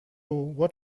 what